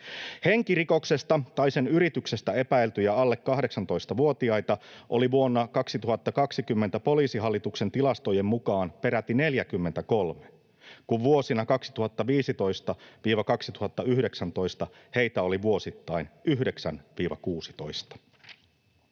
Henkirikoksesta tai sen yrityksestä epäiltyjä alle 18-vuotiaita oli vuonna 2020 Poliisihallituksen tilastojen mukaan peräti 43, kun vuosina 2015—2019 heitä oli vuosittain 9—16.